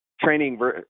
Training